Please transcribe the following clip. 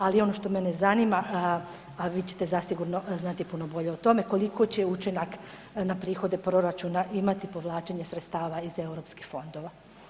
Ali ono što mene zanima, a vi ćete zasigurno znati puno bolje o tome, koliko će učinak na prihode proračuna imati povlačenje sredstava iz europskih fondova?